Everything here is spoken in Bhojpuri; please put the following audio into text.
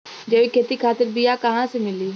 जैविक खेती खातिर बीया कहाँसे मिली?